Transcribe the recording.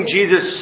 Jesus